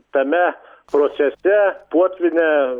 tame procese potvynį